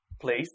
place